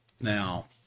Now